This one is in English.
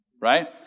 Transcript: right